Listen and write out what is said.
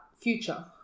future